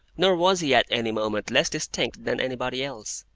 nor was he at any moment less distinct than anybody else.